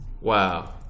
Wow